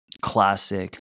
classic